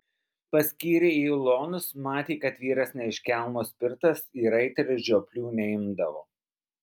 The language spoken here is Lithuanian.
paskyrė į ulonus matė kad vyras ne iš kelmo spirtas į raitelius žioplių neimdavo